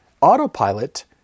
Autopilot